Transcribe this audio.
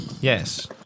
Yes